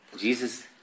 Jesus